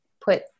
put